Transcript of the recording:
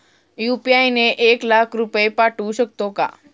UPI ने एक लाख रुपये पाठवू शकतो का?